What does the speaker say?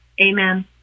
Amen